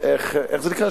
איך זה נקרא?